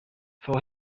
for